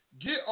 Get